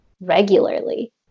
regularly